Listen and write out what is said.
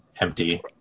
empty